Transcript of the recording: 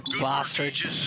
bastard